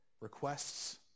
requests